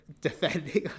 defending